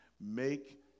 Make